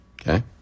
okay